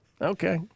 Okay